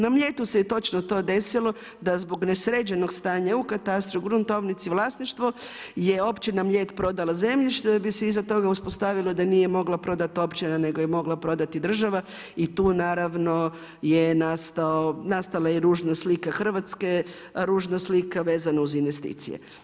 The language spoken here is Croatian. Na Mljetu se točno to desilo da zbog nesređenog stanja u katastru, gruntovnici, vlasništvo je općina Mljet prodala zemljište, da bi se iza toga uspostavilo da nije mogla prodati općina nego je mogla prodati država, i tu naravno je nastala slika Hrvatske, ružna slika vezano uz investicije.